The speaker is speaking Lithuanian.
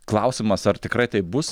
klausimas ar tikrai taip bus